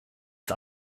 ist